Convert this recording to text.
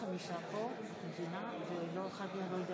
את הצבעתו, אנא לצאת.